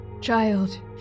Child